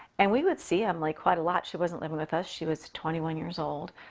and we would see emily quite a lot. she wasn't living with us. she was twenty one years old.